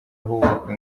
ahubakwa